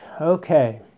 okay